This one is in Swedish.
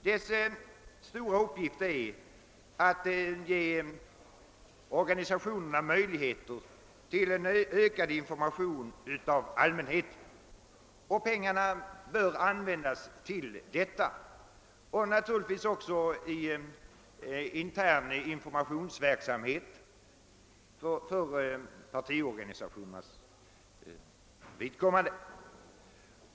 Dess stora uppgift är att ge organisationerna möjligheter till ökad information till allmänheten, och pengarna bör användas för detta ändamål liksom naturligtvis också till intern informationsverksamhet inom partiorganisationerna.